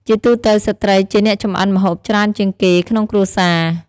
ជាទូទៅ ស្ត្រីជាអ្នកចម្អិនម្ហូបច្រើនជាងគេក្នុងគ្រួសារ។